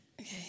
Okay